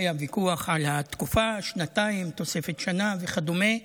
היה ויכוח על התקופה, שנתיים, תוספת שנה וכדומה.